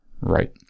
Right